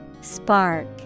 Spark